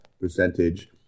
percentage